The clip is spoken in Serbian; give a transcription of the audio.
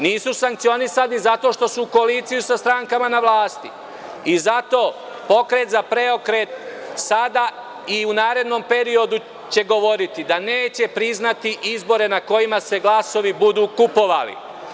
Nisu sankcionisani zato što su u koaliciji sa strankama na vlasti i zato Pokret za PREOKRET sada i u narednom periodu će govoriti da neće priznati izbore na kojima se glasovi budu kupovali.